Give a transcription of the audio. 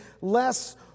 less